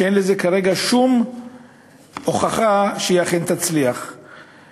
ואין כרגע שום הוכחה שהיא אכן תצליח בכך.